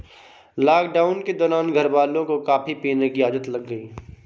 lockdown के दौरान घरवालों को कॉफी पीने की आदत लग गई